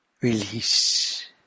release